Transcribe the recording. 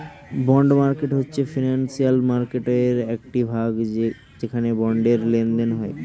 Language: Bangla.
বন্ড মার্কেট হয়েছে ফিনান্সিয়াল মার্কেটয়ের একটি ভাগ যেখানে বন্ডের লেনদেন হয়